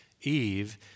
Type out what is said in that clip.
Eve